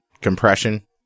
compression